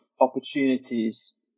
opportunities